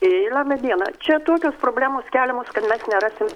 tai laba diena čia tokios problemos keliamos kad mes nerasim